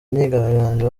imyigaragambyo